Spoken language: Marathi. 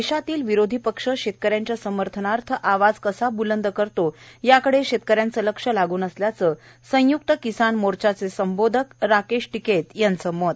देशातील विरोधी पक्ष शेतकऱ्यांच्या समर्थनार्थ आवाज ब्लंद करण्याकडे शेतकऱ्यांच लक्ष लागून असल्याच सय्क्त किसान मोर्चाचे संबोधक राकेश टीकेत यांचं मत